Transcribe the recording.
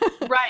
right